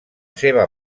seva